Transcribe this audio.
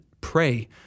pray